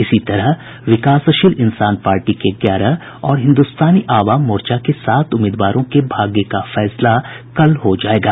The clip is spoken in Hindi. इसी तरह विकासशील इंसान पार्टी के ग्यारह और हिन्दुस्तानी आवाम मोर्चा के सात उम्मीवारों के भाग्य का फैसला कल हो जायेगा